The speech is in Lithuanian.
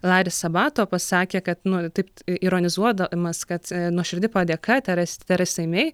laris sabato pasisakė kad nu taip ironizuodamas kad nuoširdi padėka teras teresai mei